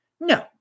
No